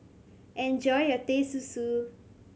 enjoy your Teh Susu